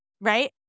right